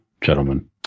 gentlemen